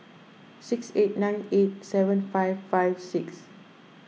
six eight nine eight seven five five six